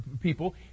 people